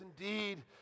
indeed